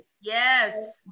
yes